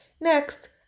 Next